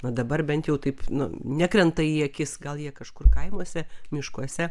na dabar bent jau taip nu nekrenta į akis gal jie kažkur kaimuose miškuose